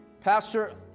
Pastor